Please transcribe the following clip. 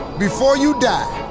before you die,